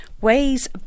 weighs